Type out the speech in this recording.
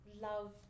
love